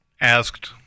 asked